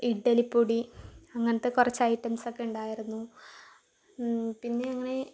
ഇഡ്ഡലിപ്പൊടി അങ്ങനത്തെ കുറച്ച് ഐറ്റംസ് ഒക്കെ ഉണ്ടാരുന്നു പിന്നെ അങ്ങനെ